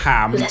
Ham